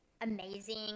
amazing